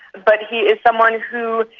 but he is someone who,